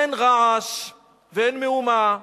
אין רעש ואין מהומה.